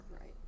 Right